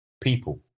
people